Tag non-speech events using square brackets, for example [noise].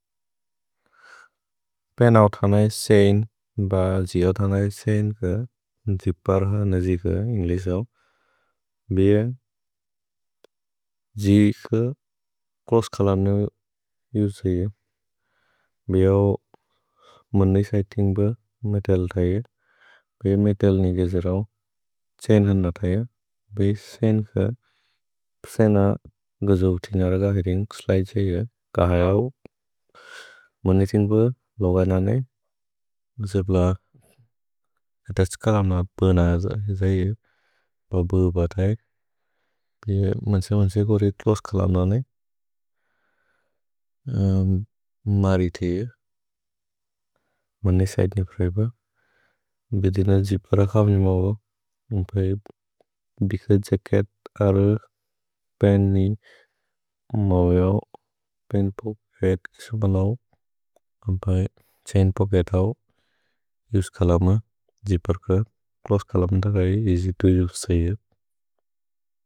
Pant औथनै सेइन् ब जि औथनै सेइन् [hesitation] क द्जिप्पर् ह न जि क इन्ग्लिस् हौ। भिअ [hesitation] जि क च्रोस्स् चोलुम्न् यु त्सैअ। भिअ [hesitation] हौ मुन्नि सैतिन्ग् ब मेतल् त्सैअ। भिअ मेतल् नि गेजे रौ सेइन् हन त्सैअ। [hesitation] भिअ सेइन् क [hesitation] सेन गजो तिन र गाहिरिन् कुस्लै त्सैअ। भिअ क हौ मुन्नि सिन् ब लोग न ने। जेब्ल कत त्स कलम् न बन् हज। त्सैअ बबु ब तैक्। भिअ मुन्से मुन्से गोरि च्रोस्स् कलम् न ने। [hesitation] मरितिअ। [hesitation] मुन्नि सैतिन्ग् प्रए ब। भिअ तिन द्जिप्पर् [hesitation] हौ नि मौअ। भिअ जेकेत् अरु पेन् नि मौअ हौ। [hesitation] पेन् पोकेत् सेबलौ। कम्पै त्सैन् पोकेत् हौ। युस् कलम् [hesitation] ह। द्जिप्पर् क च्रोस्स् कलम् न गै। युसि तु युस् त्सैअ।